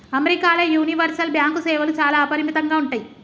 అమెరికాల universal bank సేవలు చాలా అపరిమితంగా ఉంటయ్